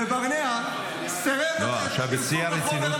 וברנע סירב לתת פרסום לחומר המקורי -- עכשיו בשיא הרצינות,